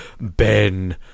Ben